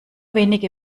wenige